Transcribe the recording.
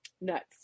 nuts